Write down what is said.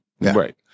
Right